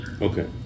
Okay